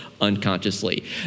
unconsciously